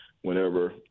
Whenever